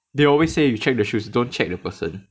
they always say you check the shoes don't check the person